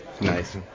Nice